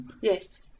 Yes